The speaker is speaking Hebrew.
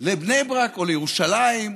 לבני ברק או לירושלים,